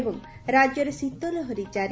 ଏବଂ ରାଜ୍ୟରେ ଶୀତ ଲହରୀ ଜାରି